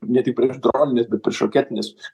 ne tik prieš droninės bet priešraketinės